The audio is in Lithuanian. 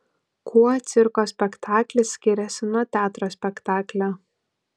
kuo cirko spektaklis skiriasi nuo teatro spektaklio